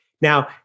Now